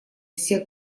всех